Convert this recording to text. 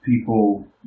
people